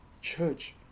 Church